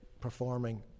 performing